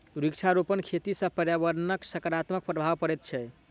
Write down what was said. वृक्षारोपण खेती सॅ पर्यावरणपर सकारात्मक प्रभाव पड़ैत छै